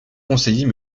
conseillers